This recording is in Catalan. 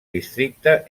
districte